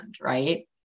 right